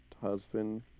husband